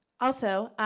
also,